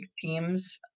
teams